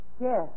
Yes